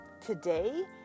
today